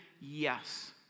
yes